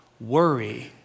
Worry